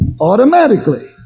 automatically